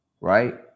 right